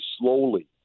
slowly